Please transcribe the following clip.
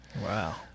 wow